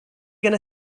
gonna